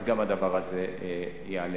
גם הדבר הזה ייעלם.